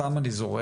סתם אני זורק,